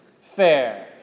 fair